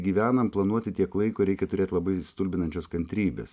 gyvenam planuoti tiek laiko reikia turėti labai stulbinančios kantrybės